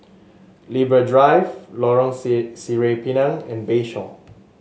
Libra Drive Lorong see Sireh Pinang and Bayshore